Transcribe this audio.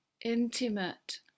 intimate